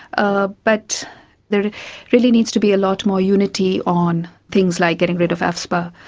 ah but there really needs to be a lot more unity on things like getting rid of afspa.